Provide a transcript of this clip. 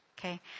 Okay